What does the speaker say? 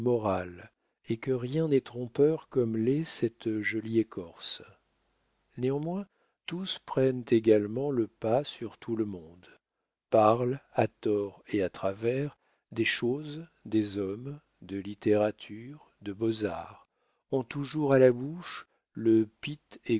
et que rien n'est trompeur comme l'est cette jolie écorce néanmoins tous prennent également le pas sur tout le monde parlent à tort et à travers des choses des hommes de littérature de beaux-arts ont toujours à la bouche le pitt